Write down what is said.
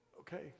Okay